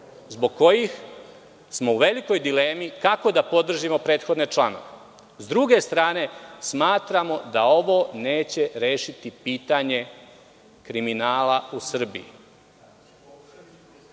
zbog kojih smo u velikoj dilemi kako da podržimo prethodne članove. S druge strane smatramo da ovo neće rešiti pitanje kriminala u Srbiji.